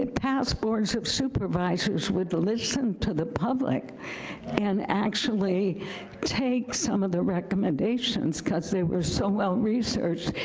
and past boards of supervisors would listen to the public and actually take some of the recommendations, because they were so well-researched.